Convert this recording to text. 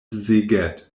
szeged